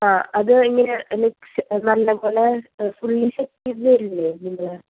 ആ അത് എങ്ങനെയാണ് മിക്സ് നല്ല പോലെ ഫുള്ളി സെറ്റ് ചെയ്തു തരില്ലേ